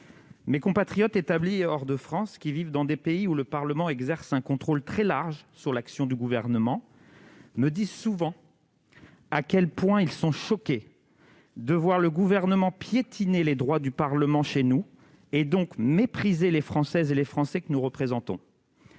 Mes compatriotes établis hors de France, qui vivent dans des pays où le Parlement exerce un contrôle très strict de l'action du pouvoir exécutif, me disent souvent à quel point ils sont choqués de voir que, chez nous, le Gouvernement piétine les droits du Parlement et, donc, méprise les Françaises et les Français que nous représentons.